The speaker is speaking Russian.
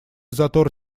затор